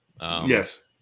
Yes